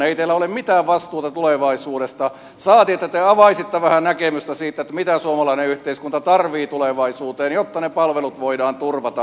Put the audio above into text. ei teillä ole mitään vastuuta tulevaisuudesta saati että te avaisitte vähän näkemystä siitä mitä suomalainen yhteiskunta tarvitsee tulevaisuuteen jotta ne palvelut voidaan turvata